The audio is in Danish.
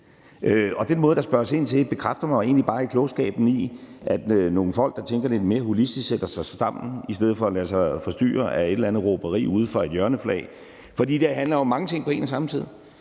Den måde, der spørges ind til på, bekræfter mig egentlig bare i klogskaben i, at nogle folk, der tænker lidt mere holistisk, sætter sig sammen i stedet for at lade sig forstyrre af et eller andet råberi ude fra et hjørneflag. Det handler jo om mange ting på en og samme tid.